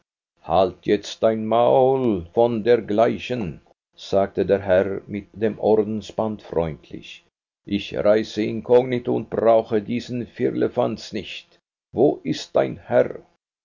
ex halt jetzt dein maul von dergleichen sagte der herr mit dem ordensband freundlich ich reise inkognito und brauche diesen firlefanz nicht wo ist dein herr